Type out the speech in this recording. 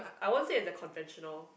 I won't say it is a conventional